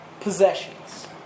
possessions